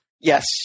Yes